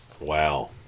Wow